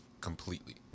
completely